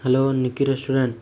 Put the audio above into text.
hello ନିକି restaurant